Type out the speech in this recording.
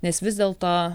nes vis dėlto